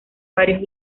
varios